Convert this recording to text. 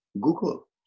google